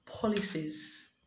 policies